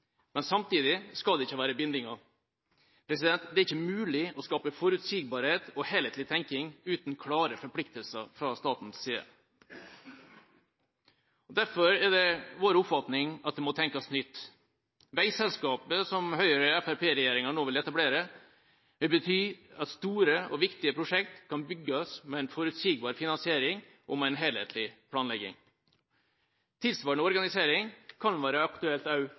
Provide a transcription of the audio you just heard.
men samtidig skal det ikke være bindinger. Det er ikke mulig å skape forutsigbarhet og helhetlig tenking uten klare forpliktelser fra statens side. Derfor er det vår oppfatning at det må tenkes nytt. Veiselskapet som Høyre–Fremskrittsparti-regjeringa nå vil etablere, vil bety at store og viktige prosjekter kan bygges med en forutsigbar finansiering og med en helhetlig planlegging. Tilsvarende organisering kan være aktuelt